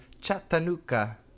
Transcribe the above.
Chattanooga